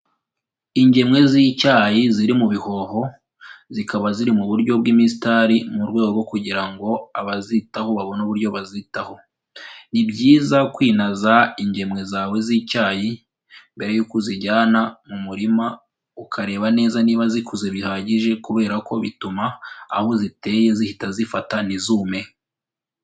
Ingemwe z'icyayi ziri mu bihoho, zikaba ziri mu buryo bw'imisitari mu rwego rwo kugira ngo abazitaho babone uburyo bazitaho, ni byiza kwinaza ingemwe zawe z'icyayi mbere yuko uzijyana mu murima ukareba neza niba zikuze bihagije kubera ko bituma aho uziteye zihita zifata ntizume.